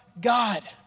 God